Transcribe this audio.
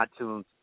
iTunes